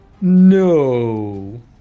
No